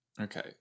Okay